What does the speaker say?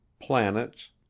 planets